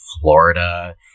Florida